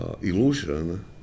illusion